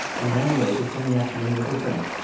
and ran away to spend the afternoon with her friend,